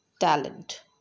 talent